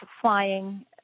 Flying